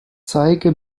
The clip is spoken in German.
zeige